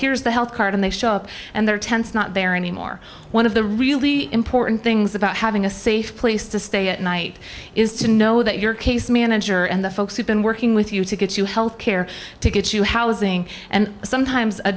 here's the health card and they show up and their tents not there anymore one of the really important things about having a safe place to stay at night is to know that your case manager and the folks who've been working with you to get you health care to get you housing and sometimes a